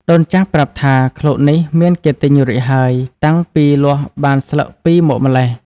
ដូនចាស់ប្រាប់ថា “ឃ្លោកនេះមានគេទិញរួចហើយ តាំងពីលាស់បានស្លឹកពីរមកម៉្លេះ”។